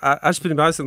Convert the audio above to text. a aš pirmiausia